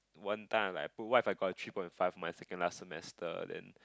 one time I'm like oo what if I got a three point five in my second last semester then